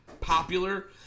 popular